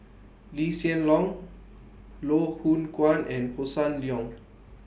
Lee Hsien Loong Loh Hoong Kwan and Hossan Leong